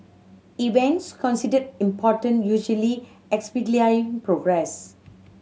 events considered important usually progress